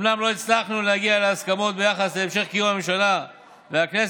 אומנם לא הצלחנו להגיע להסכמות ביחס להמשך קיום הממשלה והכנסת,